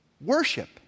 Worship